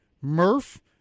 Murph